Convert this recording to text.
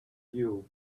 you